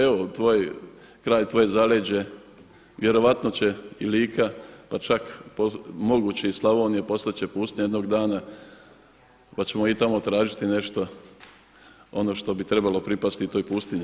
Evo tvoj kraj, tvoje zaleže vjerojatno će i Lika pa čak moguće i Slavonija postat će pustinja jednog dana pa ćemo i tamo tražiti nešto ono što bi trebalo pripasti i toj pustinji.